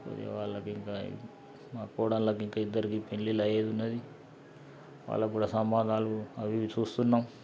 కొద్దిగా వాళ్ళకి ఇంకా మా కొడళ్ళకి ఇంకా ఇద్దరికీ పెళ్ళిళ్ళు అయ్యేది ఉన్నది వాళ్ళకు కూడా సంబంధాలు అవి చూస్తున్నాం